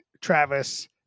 Travis